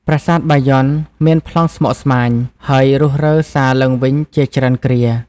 ប្រាសាទបាយ័ន មានប្លង់ស្មុគស្មាញ ហើយរុះរើសាងឡើងវិញ ជាច្រើនគ្រា។